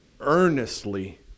earnestly